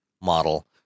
model